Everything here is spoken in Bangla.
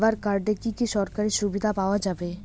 লেবার কার্ডে কি কি সরকারি সুবিধা পাওয়া যাবে?